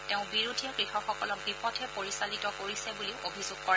তেওঁ বিৰোধীয়ে কৃষকসকলক বিপথে পৰিচালিত কৰিছে বুলিও অভিযোগ কৰে